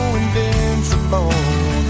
invincible